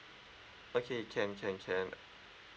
okay can can can